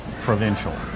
provincial